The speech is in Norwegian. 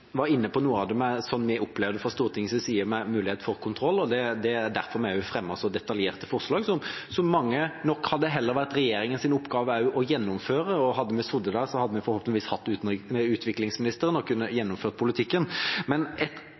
var inne på noe av det som vi opplever fra Stortingets side når det gjelder mulighet for kontroll, og det er også derfor vi fremmer så detaljerte forslag, som mange nok heller hadde sett var regjeringas oppgave å gjennomføre. Hadde vi sittet i regjeringa, hadde vi forhåpentligvis hatt utviklingsministeren og kunne ha gjennomført politikken. Et av poengene som det iallfall har vært retorisk diskusjon om, men